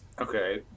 Okay